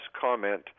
comment